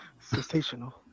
sensational